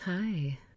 Hi